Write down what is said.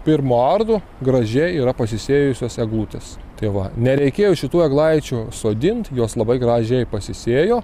pirmo ardo gražiai yra pasisėjusios eglutės tai va nereikėjo šitų eglaičių sodint jos labai gražiai pasisėjo